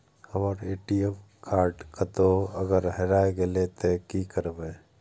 हमर ATM card कतहो अगर हेराय गले ते की करबे?